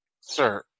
Sir